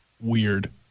weird